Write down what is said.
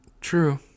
True